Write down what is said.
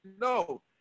no